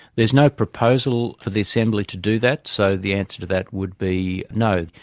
there's no proposal for the assembly to do that. so the answer to that would be no.